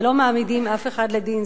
ולא מעמידים אף אחד לדין.